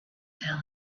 tell